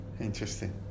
Interesting